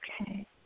Okay